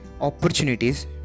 opportunities